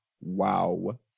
wow